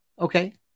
Okay